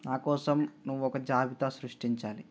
నాకోసం నువ్వు ఒక జాబితా సృష్టించాలి